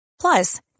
Plus